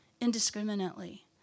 indiscriminately